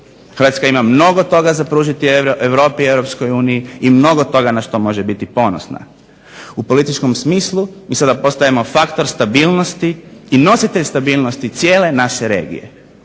Hrvatska ima mnogo toga za pružiti Europi i Europskoj uniji i mnogo toga na što može biti ponosna. U političkom smislu mi sada postajemo faktor stabilnosti i nositelj stabilnosti cijele naše regije.